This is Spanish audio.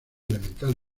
elemental